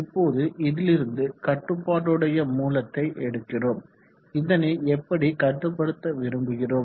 இப்போது இதிலிருந்து கட்டுப்பாடுடைய மூலத்தை எடுக்கிறோம் இதனை எப்படி கட்டுப்படுத்த விரும்புகிறோம்